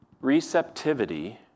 Receptivity